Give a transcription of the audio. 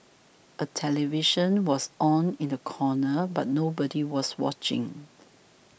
a television was on in the corner but nobody was watching